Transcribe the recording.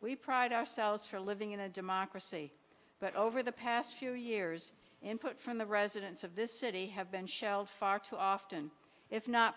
we pride ourselves for living in a democracy but over the past few years input from the residents of this city have been shelled far too often if not